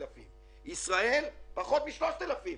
ישראל - פחות מ-3,000,